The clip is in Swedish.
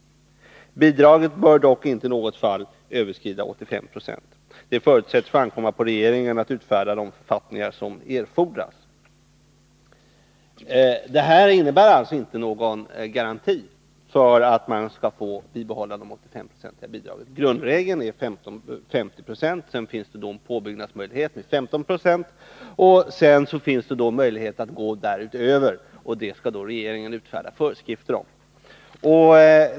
Bidraget bör dock inte i något fall överstiga nuvarande högsta bidragsprocent — 85 76. Det förutsätts få ankomma på regeringen att utfärda de författningar som erfordras.” Detta innebär inte någon garanti för att man får behålla de 85-procentiga bidragen. Grundregeln är att bidrag utgår med 50 96. Sedan finns det påbyggnadsmöjlighet med 15 96 och dessutom möjlighet att gå därutöver, men det skall i så fall regeringen utfärda föreskrift om.